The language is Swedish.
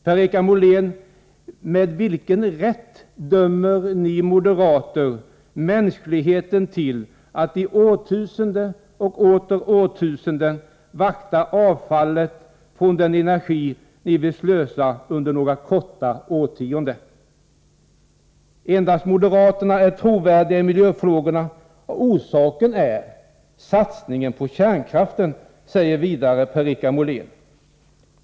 Med vilken rätt, Per-Richard Molén, dömer ni moderater mänskligheten till att i årtusenden och åter årtusenden vakta avfallet från den energi ni vill slösa under några korta årtionden? Endast moderaterna är trovärdiga i miljöfrågorna, och orsaken är satsningen på kärnkraften, säger vidare Per-Richard Molén.